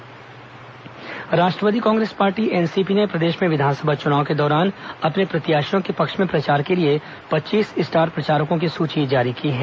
NCP star प्रचारक राष्ट्रवादी Congress party NCP ने प्रदेश में विधानसभा चुनाव के दौरान अपने प्रत्याशियों के पक्ष में प्रचार के लिए पच्चीस स्टार प्रचारकों की सूची जारी की है